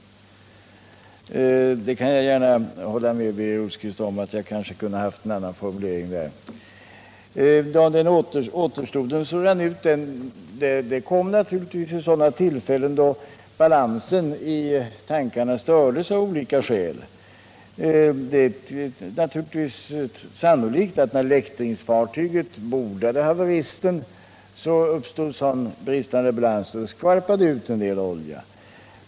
Jag kan gärna hålla med Birger Rosqvist om att jag kunde haft en annan formulering på den punkten. Återstoden som rann ut kom naturligtvis vid sådana tillfällen då balansen i tankarna stördes av olika skäl. Det är naturligtvis sannolikt att när man från läktringsfartyget bordade haveristen uppstod sådan bristande balans att det skvalpade ut olja.